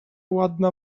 ładna